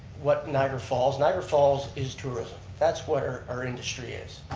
what niagara falls, niagara falls is tourism. that's what our our industry is.